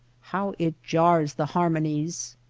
how it jars the harmo nies!